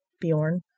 Bjorn